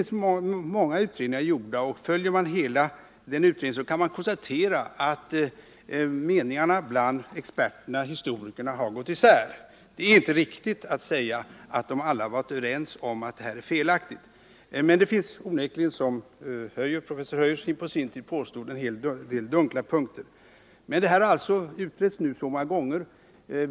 Det är många utredningar som gjorts, och tar man del av dessa utredningar kan man konstatera att meningarna bland experterna — historikerna — har gått isär. Det är inte riktigt att säga att alla har varit överens om att detta är felaktigt. Men det finns onekligen, som professor Höjer på sin tid påstod, en hel del dunkla punkter. Men det här har nu utretts så många gånger.